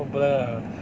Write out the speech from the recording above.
我 blur 了